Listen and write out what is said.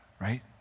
right